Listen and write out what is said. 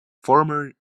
former